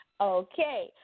Okay